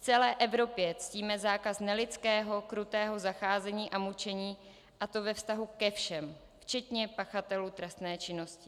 V celé Evropě ctíme zákaz nelidského, krutého zacházení a mučení, a to ve vztahu ke všem, včetně pachatelů trestné činnosti.